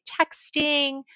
texting